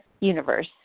universe